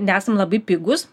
nesam labai pigūs